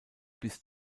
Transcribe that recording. bis